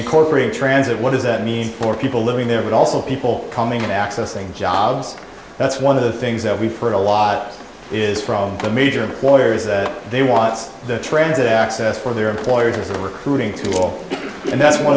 incorporate transit what does that mean for people living there but also people coming in accessing jobs that's one of the things that we've heard a lot is from the major employer is that they want the transit access for their employers or recruiting tool and that's one